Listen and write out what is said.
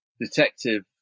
detective